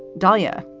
dalia.